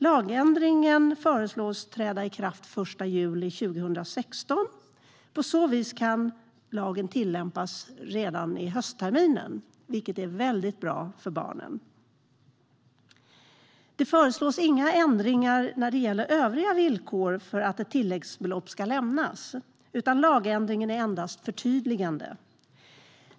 Lagändringen föreslås träda i kraft den 1 juli 2016. På så vis kan lagen tillämpas redan vid höstterminen i år, vilket är mycket bra för barnen. sDet föreslås inga ändringar när det gäller övriga villkor för att ett tilläggsbelopp ska lämnas, utan lagändringen är endast ett förtydligande.